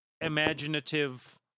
imaginative